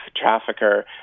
trafficker